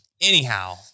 Anyhow